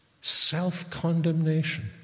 self-condemnation